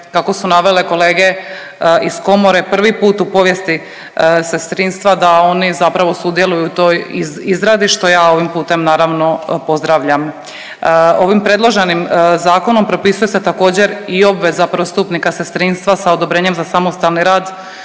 kako su navele kolege iz komore prvi put u povijesti sestrinstva da oni zapravo sudjeluju u toj izradi, što ja ovim putem naravno pozdravljam. Ovim predloženim zakonom propisuju se također i obveza prvostupnika sestrinstva sa odobrenjem za samostalni rad